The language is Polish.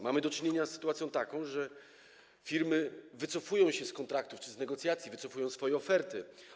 Mamy do czynienia z sytuacją taką, że wycofują się one z kontraktów czy z negocjacji, wycofują swoje oferty.